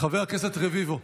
חבר הכנסת רביבו,